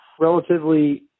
relatively